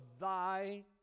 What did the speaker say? thy